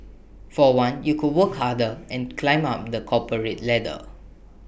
for one you could work harder and climb up the corporate ladder